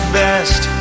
best